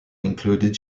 included